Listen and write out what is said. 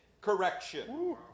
correction